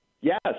Yes